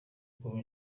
kuba